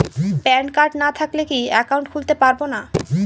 Pan card না থাকলে কি একাউন্ট খুলতে পারবো না?